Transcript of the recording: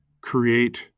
create